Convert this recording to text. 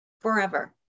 forever